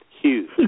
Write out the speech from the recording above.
Huge